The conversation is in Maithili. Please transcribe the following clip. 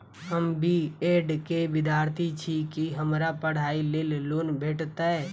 हम बी ऐड केँ विद्यार्थी छी, की हमरा पढ़ाई लेल लोन भेटतय?